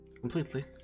Completely